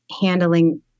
handling